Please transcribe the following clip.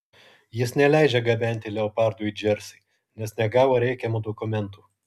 jis neleidžia gabenti leopardų į džersį nes negavo reikiamų dokumentų